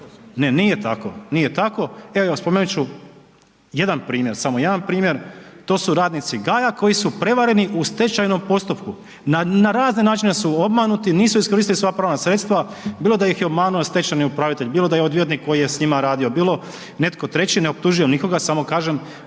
Ne, nije tako, nije tako. Evo spomenut ću jedan primjer, samo jedan primjer, to su radnici Gaja koji su prevareni u stečajnom postupku, na razne načine su obmanuti i nisu iskoristili sva pravna sredstva bilo da ih je obmanuo stečajni upravitelj, bilo da je odvjetnik koji je s njima radio, bilo netko treći. Ne optužujem nikoga samo kažem